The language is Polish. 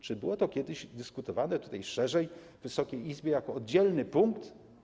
Czy było to kiedyś dyskutowane szerzej w Wysokiej Izbie jako oddzielny punkt?